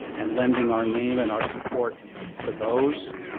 and lending our name and our support to those.